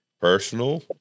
Personal